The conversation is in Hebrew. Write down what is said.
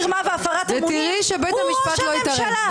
מרמה והפרת אמונים הוא ראש הממשלה?